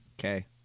Okay